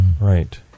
right